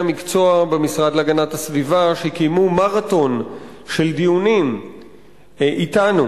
במשרד להגנת הסביבה, שקיימו מרתון של דיונים אתנו